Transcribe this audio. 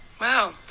Wow